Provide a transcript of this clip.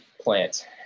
plant